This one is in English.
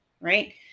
right